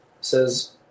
says